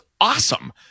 awesome